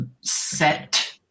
set